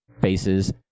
faces